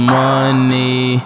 money